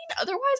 Otherwise